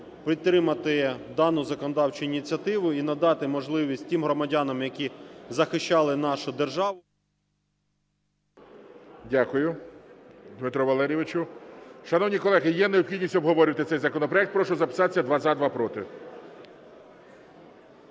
підтримати дану законодавчу ініціативу і надати можливість тим громадянам, які захищали нашу державу… ГОЛОВУЮЧИЙ. Дякую, Дмитро Валерійовичу. Шановні колеги, є необхідність обговорювати цей законопроект? Прошу записатись: два – за,